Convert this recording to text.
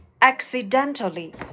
accidentally